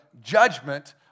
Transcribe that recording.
judgment